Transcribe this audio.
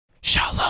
Shalom